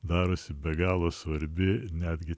darosi be galo svarbi netgi